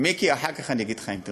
מיקי, אחר כך אני אגיד לך, אם תרצה.